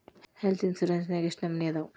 Health insurance ನ್ಯಾಗ್ ಯೆಷ್ಟ್ ನಮನಿ ಅದಾವು?